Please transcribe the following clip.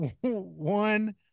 one